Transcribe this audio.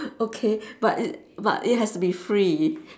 okay but it but it has to be free